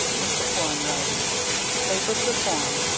mr. porne read labor performed,